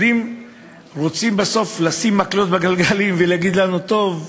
אבל אם רוצים לשים מקלות בגלגלים ולהגיד לנו, טוב,